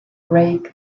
break